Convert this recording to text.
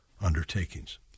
undertakings